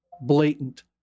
blatant